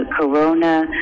Corona